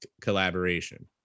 collaboration